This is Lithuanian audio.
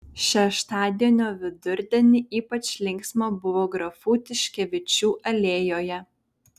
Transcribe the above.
šeštadienio vidurdienį ypač linksma buvo grafų tiškevičių alėjoje